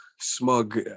smug